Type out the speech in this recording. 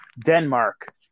Denmark